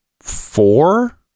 four